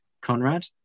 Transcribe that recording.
conrad